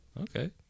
Okay